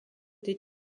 des